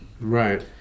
Right